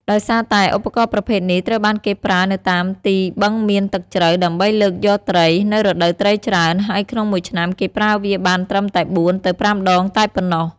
ដោយសារតែ ឧបករណ៍ប្រភេទនេះត្រូវបានគេប្រើនៅតាមទីបឹងមានទឹកជ្រៅ ដើម្បីលើកយកត្រី នៅរដូវត្រីច្រើន ហើយក្នុងមួយឆ្នាំគេប្រើវាបានត្រឺមតែ៤ ទៅ៥ដងតែប៉ុណ្ណោះ។